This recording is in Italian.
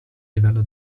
livello